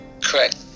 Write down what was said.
Correct